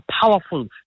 powerful